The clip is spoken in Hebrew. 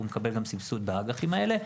הוא מקבל גם סבסוד בא"גחים האלה.